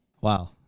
Wow